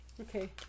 Okay